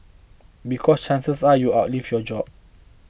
because chances are you outlive your job